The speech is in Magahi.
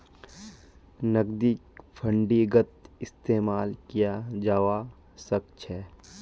नकदीक फंडिंगत इस्तेमाल कियाल जवा सक छे